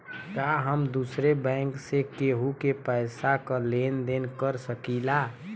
का हम दूसरे बैंक से केहू के पैसा क लेन देन कर सकिला?